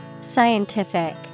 Scientific